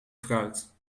fruit